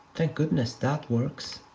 thank goodness that works.